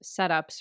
setups